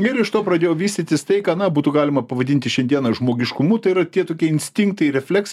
ir iš to pradėjo vystytis tai ką na būtų galima pavadinti šiandiena žmogiškumu tai yra tie tokie instinktai refleksai